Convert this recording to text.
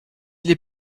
les